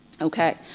Okay